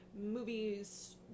movies